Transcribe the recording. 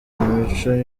imico